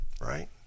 Right